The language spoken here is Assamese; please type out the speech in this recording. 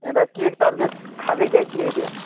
এতিয়া কি তাত গৈ খাবিগৈ কি এতিয়া